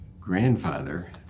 grandfather